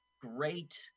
great